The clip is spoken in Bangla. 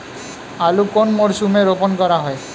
আলু কোন মরশুমে রোপণ করা হয়?